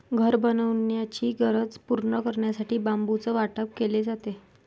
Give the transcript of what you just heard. घर बनवण्याची गरज पूर्ण करण्यासाठी बांबूचं वाटप केले जातात